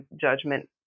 judgment